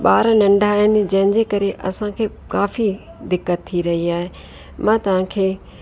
ॿार नंढा आहिनि जंहिंजे करे असांखे काफ़ी दिक़त थी रही आहे मां तव्हां खे